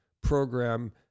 program